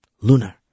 Lunar